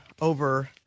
over